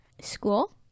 School